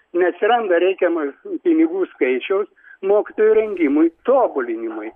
neatsiranda reikiamo pinigų skaičiaus mokytojų rengimui tobulinimui